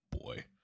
Boy